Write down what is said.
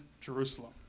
Jerusalem